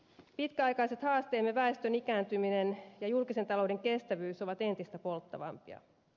pitkäaikaiset haasteemme väestön ikääntyminen ja julkisen talouden kestävyys ovat entistä polttavampia